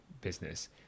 business